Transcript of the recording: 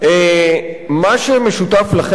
מה שמשותף לכם,